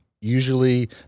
usually